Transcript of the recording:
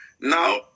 Now